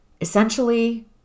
Essentially